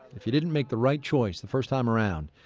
if you didn't make the right choice the first time around,